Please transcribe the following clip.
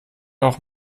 auch